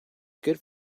good